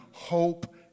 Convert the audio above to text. Hope